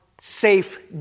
safe